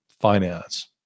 finance